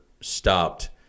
stopped